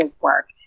work